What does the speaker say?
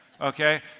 okay